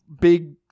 big